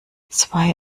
zwei